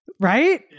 Right